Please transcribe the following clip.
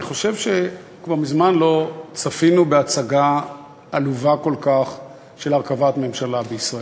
אני חושב שכבר מזמן לא צפינו בהצגה עלובה כל כך של הרכבת ממשלה בישראל.